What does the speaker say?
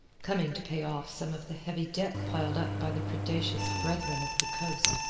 coming to pay off some of the heavy debt piled up by the predaceous brethren of the coast,